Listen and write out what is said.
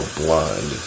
blind